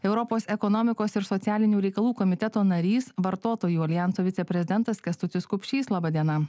europos ekonomikos ir socialinių reikalų komiteto narys vartotojų aljanso viceprezidentas kęstutis kupšys laba diena